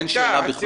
אין שאלה בכלל.